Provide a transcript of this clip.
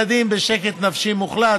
לתמוך,